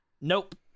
nope